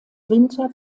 winter